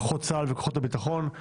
כוחות צה"ל וכוחות הביטחון.